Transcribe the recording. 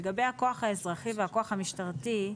לגבי הכוח האזרחי והכוח המשטרתי,